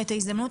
את ההזדמנות,